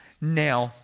now